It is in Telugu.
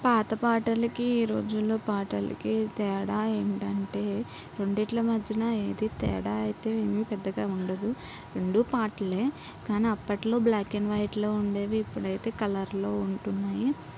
పాత పాటలకి ఈ రోజుల్లో పాటలకి తేడా ఏమిటంటే రెండిట్లో మధ్యన ఏది తేడా అయితే ఏమీ పెద్దగా ఉండదు రెండు పాటలే కానీ అప్పట్లో బ్లాక్ అండ్ వైట్లో ఉండేవి ఇప్పుడైతే కలర్లో ఉంటున్నాయి